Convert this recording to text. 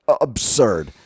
absurd